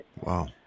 Wow